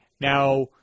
Now